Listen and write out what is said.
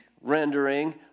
rendering